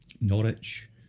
Norwich